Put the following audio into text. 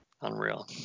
Unreal